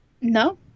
No